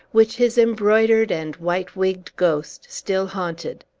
which his embroidered and white-wigged ghost still haunted.